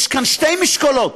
יש כאן שתי משקולות,